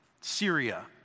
Syria